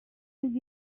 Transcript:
give